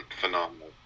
phenomenal